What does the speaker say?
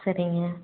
சரிங்க